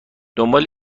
دنبال